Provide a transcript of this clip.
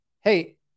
hey